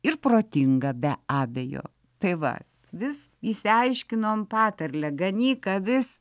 ir protinga be abejo tai va vis išsiaiškinom patarlę ganyk avis